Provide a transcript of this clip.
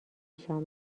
نشان